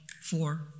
four